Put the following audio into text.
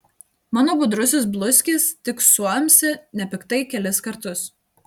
mano budrusis bluskis tik suamsi nepiktai kelis kartus